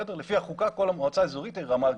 לפי החוקה כל מועצה אזורית היא רמה ג',